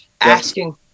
asking